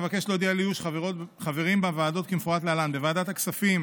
אבקש להודיע על איוש חברים בוועדות כמפורט להלן: בוועדת הכספים